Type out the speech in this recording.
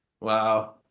Wow